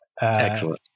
Excellent